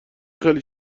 خیلی